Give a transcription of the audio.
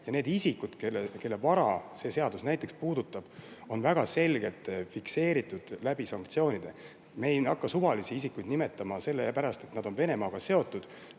Need isikud, kelle vara see seadus puudutab, on väga selgelt fikseeritud sanktsioonide kaudu. Me ei hakka suvalisi isikuid nimetama, sellepärast et nad on Venemaaga seotud,